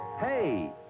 Hey